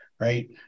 Right